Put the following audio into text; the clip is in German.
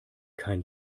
kein